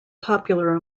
popular